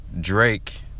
Drake